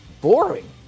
boring